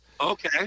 Okay